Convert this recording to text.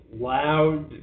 loud